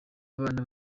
abana